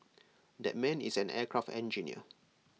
that man is an aircraft engineer